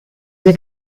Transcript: due